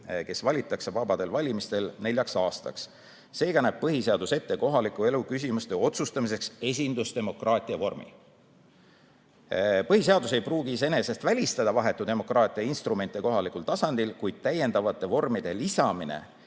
kes valitakse vabadel valimistel neljaks aastaks. Seega näeb PS ette kohaliku elu küsimuste otsustamiseks esindusdemokraatia vormi. PS ei pruugi iseenesest välistada vahetu demokraatia instrumente kohalikul tasandil, kuid täiendavate vormide lisamise